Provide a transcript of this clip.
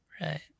Right